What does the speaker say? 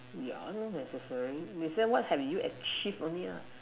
yeah not necessary they say what have you achieved only ah